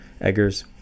Eggers